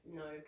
no